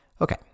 Okay